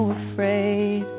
afraid